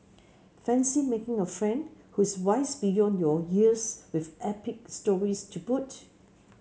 fancy making a friend who's wise beyond your years with epic stories to boot